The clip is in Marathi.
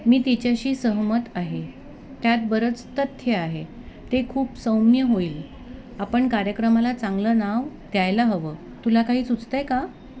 मी तिच्याशी सहमत आहे त्यात बरंच तथ्य आहे ते खूप सौम्य होईल आपण कार्यक्रमाला चांगलं नाव द्यायला हवं तुला काही सुचतं आहे का